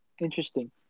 Interesting